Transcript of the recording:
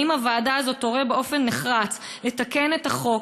האם הוועדה הזאת תורה באופן נחרץ לתקן את החוק,